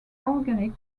organic